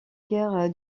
guerre